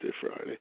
Friday